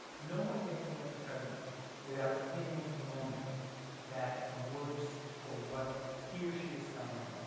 no one gets elected president without hitting a moment that works for what he or she is selling.